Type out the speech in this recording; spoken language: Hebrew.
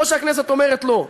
או שהכנסת אומרת לו,